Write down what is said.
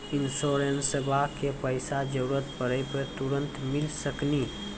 इंश्योरेंसबा के पैसा जरूरत पड़े पे तुरंत मिल सकनी?